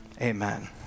Amen